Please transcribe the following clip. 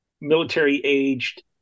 military-aged